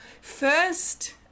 first